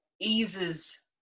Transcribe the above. eases